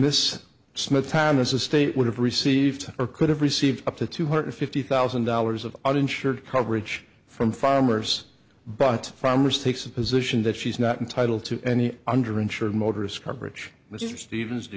ss smith time as a state would have received or could have received up to two hundred fifty thousand dollars of uninsured coverage from farmers but farmers takes a position that she's not entitle to any under insured motorists coverage mr stevens do